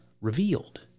revealed